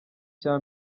cya